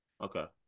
Okay